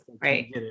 Right